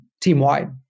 team-wide